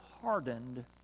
hardened